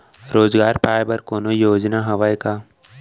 रोजगार पाए बर कोनो योजना हवय का?